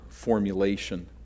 formulation